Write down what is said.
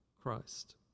Christ